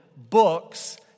Books